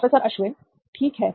professor Ashwin ठीक है